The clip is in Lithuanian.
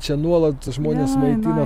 čia nuolat žmonės maitina